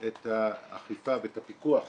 את האכיפה ואת הפיקוח,